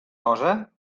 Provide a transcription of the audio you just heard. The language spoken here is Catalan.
cosa